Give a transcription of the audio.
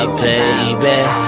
baby